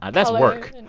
ah that's work. and.